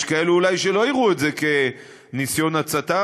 יש אולי כאלה שלא יראו את זה כניסיון הצתה,